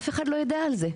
אף אחד לא יודע על זה,